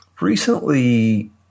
recently